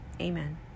Amen